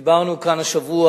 דיברנו כאן השבוע,